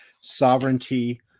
Sovereignty